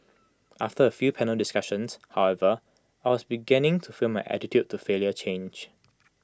after A few panel discussions however I was beginning to feel my attitude to failure change